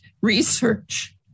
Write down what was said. research